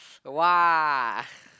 oh !wow!